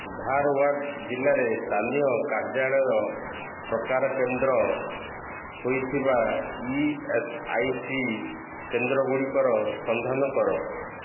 ଧାର୍ୱାଡ଼୍ ଜିଲ୍ଲାରେ ସ୍ଥାନୀୟ କାର୍ଯ୍ୟାଳୟ ପ୍ରକାର କେନ୍ଦ୍ର ହୋଇଥିବା ଇ ଏସ୍ ଆଇ ସି କେନ୍ଦ୍ର ଗୁଡ଼ିକର ସନ୍ଧାନ କର